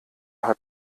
hat